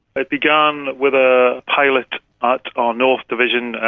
it began with a pilot at our north division.